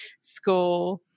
school